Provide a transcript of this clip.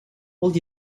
would